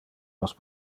nos